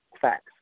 facts